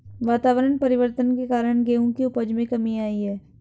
वातावरण परिवर्तन के कारण गेहूं की उपज में कमी आई है